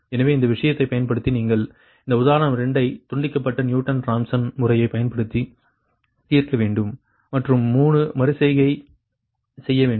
எனவே இந்த விஷயத்தைப் பயன்படுத்தி நீங்கள் அந்த உதாரணம் 2 ஐ துண்டிக்கப்பட்ட நியூட்டன் ராப்சன் முறையைப் பயன்படுத்தி தீர்க்க வேண்டும் மற்றும் 3 மறு செய்கையைச் செய்ய வேண்டும்